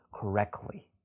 correctly